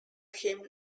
him